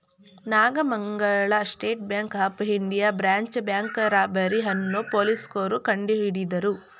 Nagamangala state bank of India branch bank robbery ಅನ್ನೋ ಪೊಲೀಸ್ನೋರು ಕಂಡುಹಿಡಿದರು